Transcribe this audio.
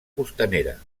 costanera